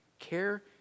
Care